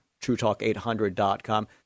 truetalk800.com